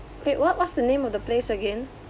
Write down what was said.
wait what what's the name of the place again